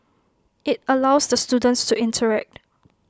IT allows the students to interact